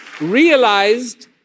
realized